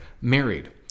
married